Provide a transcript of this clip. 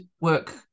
work